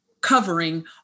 covering